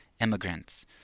immigrants